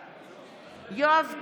בעד יואב קיש,